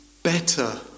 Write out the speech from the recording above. Better